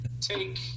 take